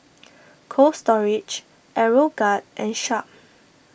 Cold Storage Aeroguard and Sharp